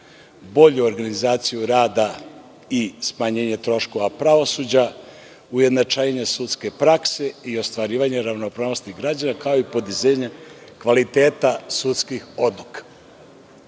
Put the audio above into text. bolju organizaciju rada i smanjenje troškova pravosuđa, ujednačavanje sudske praske i ostvarivanje ravnopravnosti građana kao i podizanja kvaliteta sudskih odluka. Veoma